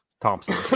Thompson